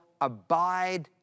abide